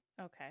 Okay